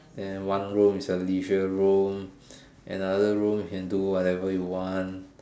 then one room is a leisure room another room you can do whatever you want